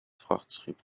vrachtschip